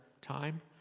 time